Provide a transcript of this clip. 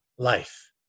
life